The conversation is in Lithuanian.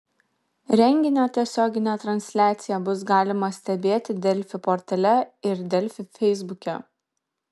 renginio tiesioginę transliaciją bus galima stebėti delfi portale ir delfi feisbuke